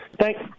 Thanks